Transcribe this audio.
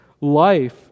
life